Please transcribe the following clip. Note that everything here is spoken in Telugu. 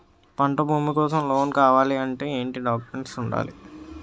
పంట భూమి కోసం లోన్ కావాలి అంటే ఏంటి డాక్యుమెంట్స్ ఉండాలి?